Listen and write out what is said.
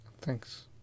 Thanks